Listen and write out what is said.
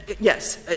yes